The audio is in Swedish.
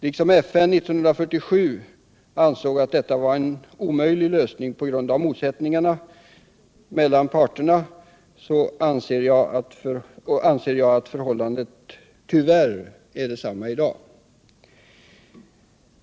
Liksom FN år 1947 ansåg detta vara omöjligt på grund av motsättningarna mellan parterna anser jag att förhållandet tyvärr är detsamma i dag.